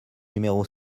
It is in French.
numéro